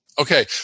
Okay